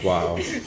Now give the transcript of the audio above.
Wow